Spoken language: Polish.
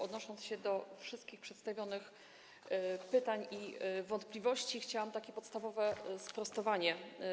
Odnosząc się do wszystkich przedstawionych pytań i wątpliwości, chciałam wygłosić takie podstawowe sprostowanie.